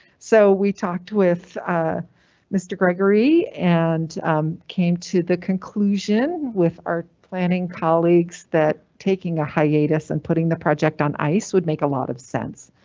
so we talked with mr. gregory and came to the conclusion with our planning colleagues that taking a hiatus and putting the project on ice would make a lot of sense.